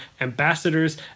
ambassadors